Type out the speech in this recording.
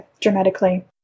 dramatically